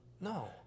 No